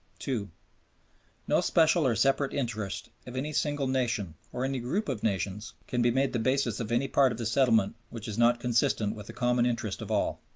no special or separate interest of any single nation or any group of nations can be made the basis of any part of the settlement which is not consistent with the common interest of all.